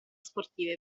sportive